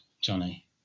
johnny